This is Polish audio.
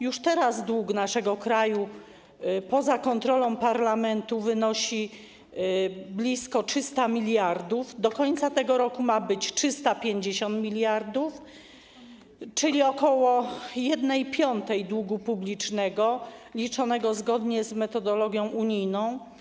Już teraz dług naszego kraju poza kontrolą parlamentu wynosi blisko 300 mld, do końca tego roku ma wynosić 350 mld, czyli około 1/5 długu publicznego liczonego zgodnie z metodologią unijną.